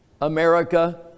America